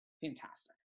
Fantastic